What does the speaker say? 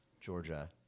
Georgia